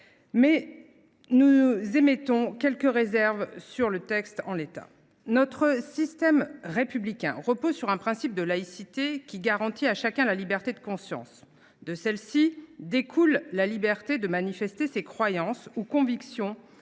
nous émettons quelques réserves sur la rédaction actuelle de ce texte. Notre système républicain repose sur un principe de laïcité qui garantit à chacun la liberté de conscience, dont découle la liberté de manifester ses croyances ou convictions